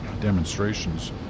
demonstrations